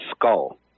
skull